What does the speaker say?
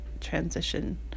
transition